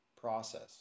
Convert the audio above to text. process